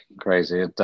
crazy